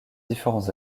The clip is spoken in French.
différents